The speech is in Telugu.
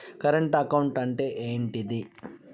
కరెంట్ అకౌంట్ అంటే ఏంటిది?